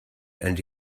and